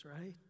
right